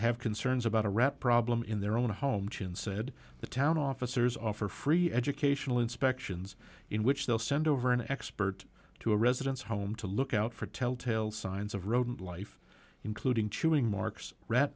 have concerns about a rat problem in their own home chin said the town officers offer free educational inspections in which they'll send over an expert to a residence home to look out for telltale signs of rodent life including chewing marks rat